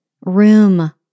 room